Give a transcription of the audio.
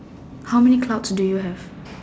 how many clouds do you have